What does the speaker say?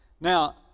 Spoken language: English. Now